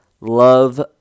love